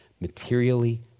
materially